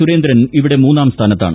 സുരേന്ദ്രൻ ഇവിടെ മൂന്നാം സ്ഥാനത്താണ്